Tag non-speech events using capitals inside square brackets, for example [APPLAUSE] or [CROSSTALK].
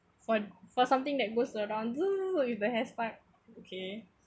for for something that goes around [NOISE] with the hai~ part okay